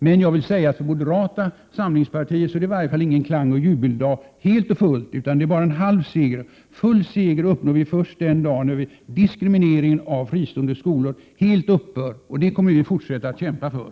Men jag vill säga att för moderata samlingspartiet så är detta i varje fall inte någon klangoch jubeldag fullt ut, utan det är bara en halv seger. En full seger uppnår vi först den dagen när diskrimineringen av de fristående skolorna helt upphör, och detta kommer vi att fortsätta att kämpa för.